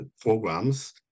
programs